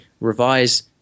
revise